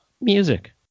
music